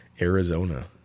Arizona